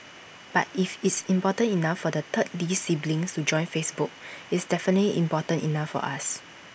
but if it's important enough for the third lee sibling to join Facebook it's definitely important enough for us